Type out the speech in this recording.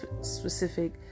specific